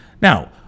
Now